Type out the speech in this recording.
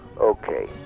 Okay